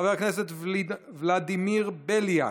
חבר הכנסת ולדימיר בליאק,